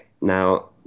Now